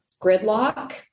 gridlock